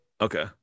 Okay